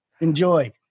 Enjoy